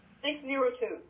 Six-zero-two